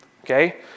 okay